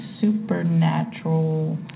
supernatural